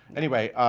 anyway,